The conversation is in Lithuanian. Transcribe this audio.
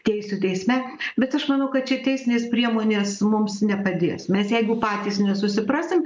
teisių teisme bet aš manau kad čia teisinės priemonės mums nepadės mes jeigu patys nesusiprasim